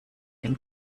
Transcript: dem